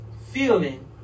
feeling